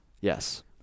Yes